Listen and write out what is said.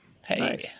Hey